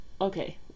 okay